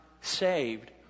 saved